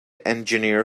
engineer